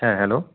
হ্যাঁ হ্যালো